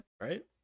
right